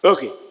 Okay